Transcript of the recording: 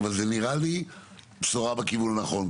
אבל זה נראה לי בשורה בכיוון הנכון,